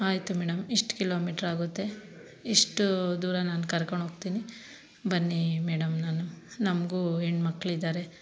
ಆಯಿತು ಮೇಡಮ್ ಇಷ್ಟು ಕಿಲೋಮೀಟರ್ ಆಗುತ್ತೆ ಇಷ್ಟು ದೂರ ನಾನು ಕರ್ಕೊಂಡು ಹೋಗ್ತೀನಿ ಬನ್ನಿ ಮೇಡಮ್ ನಾನು ನಮಗೂ ಹೆಣ್ಣುಮಕ್ಕಳಿದ್ದಾರೆ